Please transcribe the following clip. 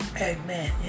Amen